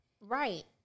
right